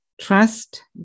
Trust